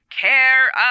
care